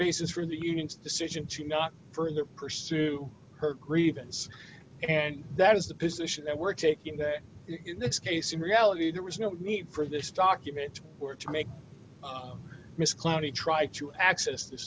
basis for in the evenings decision to not further pursue her grievance and that is the position that we're taking that in this case in reality there was no need for this document were to make miss cloudy try to access the